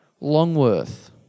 Longworth